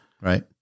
Right